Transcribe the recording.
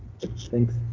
Thanks